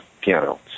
piano